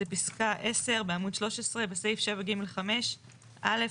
זה פסקה 10 בעמוד 13. בסעיף 7 (ג) 5. "א.